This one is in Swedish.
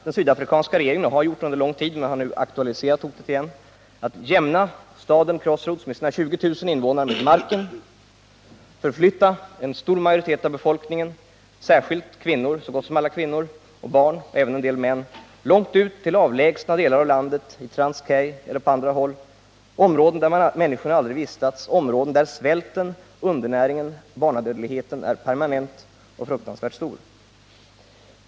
Den sydafrikanska regeringen har nu aktualiserat sitt gamla hot om att jämna staden Crossroads med sina 20 000 invånare med marken och förflytta majoriteten av befolkningen — så gott som alla kvinnor och barn och även en del män — långt ut till avlägsna delar av landet, till Transkei eller andra områden där dessa människor aldrig vistats och där svälten, undernäringen och barnadödligheten är permanenta och fruktansvärt stora.